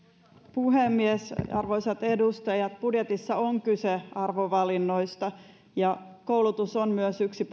puhemies arvoisat edustajat budjetissa on kyse arvovalinnoista koulutus on myös yksi